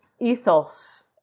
ethos